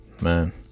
Man